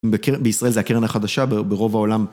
בישראל זה הקרן החדשה ברוב העולם.